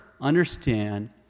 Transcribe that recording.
understand